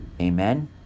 amen